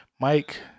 Mike